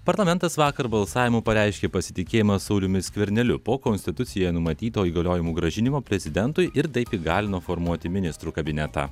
parlamentas vakar balsavimu pareiškė pasitikėjimą sauliumi skverneliu po konstitucijoje numatyto įgaliojimų grąžinimo prezidentui ir taip įgalino formuoti ministrų kabinetą